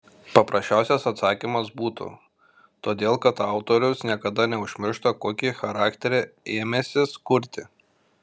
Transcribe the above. paprasčiausias atsakymas būtų todėl kad autorius niekada neužmiršta kokį charakterį ėmęsis kurti